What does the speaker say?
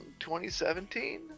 2017